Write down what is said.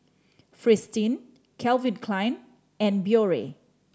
Fristine Calvin Klein and Biore